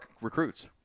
recruits